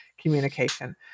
communication